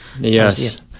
Yes